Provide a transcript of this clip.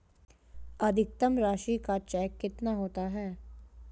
अधिकतम राशि का चेक कितना होता है?